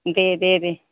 दे दे दे